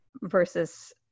versus